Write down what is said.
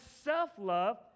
self-love